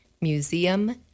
museum